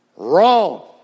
Wrong